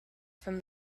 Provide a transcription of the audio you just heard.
from